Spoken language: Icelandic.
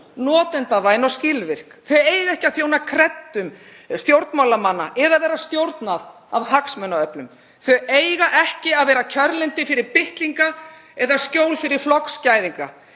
notendavæn og skilvirk. Þau eiga ekki að þjóna kreddum stjórnmálamanna eða vera stjórnað af hagsmunaöflum. Þau eiga ekki að vera kjörlendi fyrir bitlinga eða skjól fyrir flokksgæðinga.